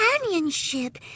companionship